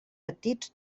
petits